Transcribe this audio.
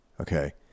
okay